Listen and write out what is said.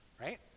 Right